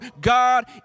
God